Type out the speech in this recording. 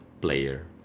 player